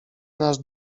nasz